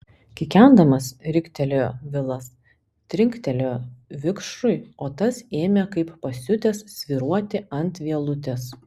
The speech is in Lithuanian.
kikendamas riktelėjo vilas trinktelėjo vikšrui o tas ėmė kaip pasiutęs svyruoti ant vielutės